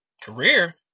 Career